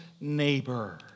neighbor